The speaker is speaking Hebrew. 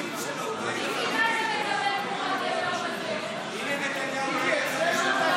מיקי, מה אתה מקבל תמורת היום הזה?